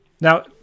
Now